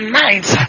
nights